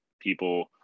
people